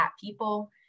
people